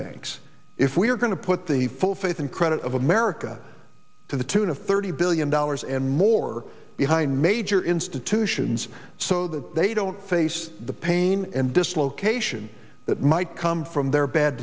banks if we're going to put the full faith and credit of america to the tune of thirty billion dollars and more behind major institutions so that they don't face the pain and dislocation that might come from their bad